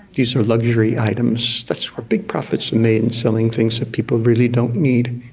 these are luxury items, that's where big profits are made, in selling things that people really don't need,